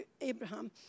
Abraham